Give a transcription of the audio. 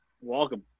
Welcome